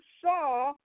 saw